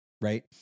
Right